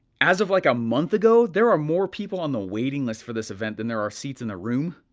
as of like a month ago, there are more people on the waiting list for this event than there are seats in the room.